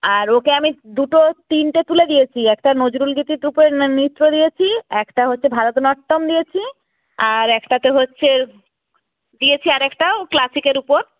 আর ওকে আমি দুটো তিনটে তুলে দিয়েছি একটা নজরুলগীতি গ্রুপের নে নৃত্য দিয়েছি একটা হচ্ছে ভারতনাট্যম দিয়েছি আর একটাতে হচ্ছে দিয়েছি আর একটাও ক্লাসিকের উপর